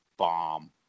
Bomb